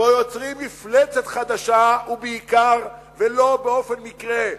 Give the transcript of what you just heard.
פה יוצרים מפלצת חדשה, ובעיקר, ולא באופן מקרי,